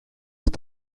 ist